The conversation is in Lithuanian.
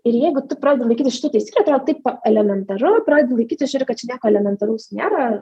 ir jeigu tu pradedi laikytis šitų taisyklių atrodo taip elementaru pradedu laikytis žiūriu kad čia nieko elementarus nėra